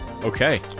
okay